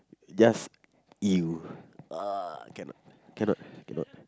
just !eww! ugh cannot cannot cannot